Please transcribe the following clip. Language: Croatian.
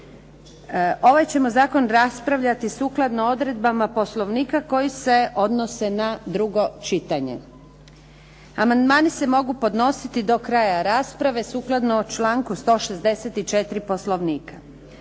Ovaj ćemo zakon raspravljati sukladno odredbama Poslovnika koji se odnose na drugo čitanje. Amandmani se mogu podnositi do kraja rasprave, sukladno članku 164. Poslovnika.